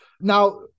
Now